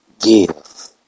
give